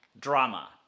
drama